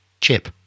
chip